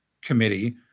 committee